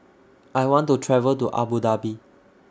I want to travel to Abu Dhabi